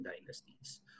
dynasties